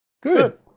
Good